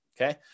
okay